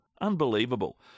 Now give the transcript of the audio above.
unbelievable